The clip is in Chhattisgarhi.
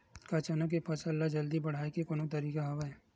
का चना के फसल ल जल्दी बढ़ाये के कोनो तरीका हवय?